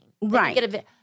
Right